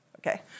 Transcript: okay